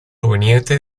proveniente